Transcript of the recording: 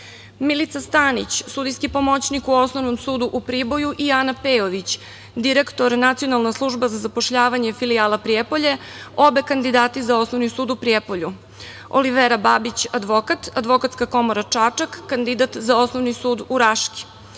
Milica Stanić, sudijski pomoćnik u Osnovnom sudu u Priboju i Ana Pejović, direktor Nacionalne službe za zapošljavanje Filijala Prijepolje – obe kandidati za Osnovni sud u Prijepolju; Olivera Babić, advokat, Advokatska komora Čačak, kandidat za Osnovni sud u Raški,